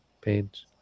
page